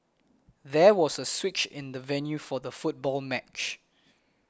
there was a switch in the venue for the football match